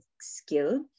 skill